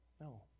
No